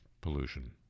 pollution